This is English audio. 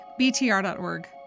BTR.org